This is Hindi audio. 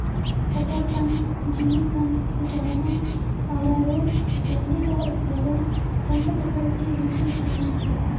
शकरकंद, जिमीकंद, कचालू, आरारोट इत्यादि का उत्पादन कंद फसल के रूप में किया जाता है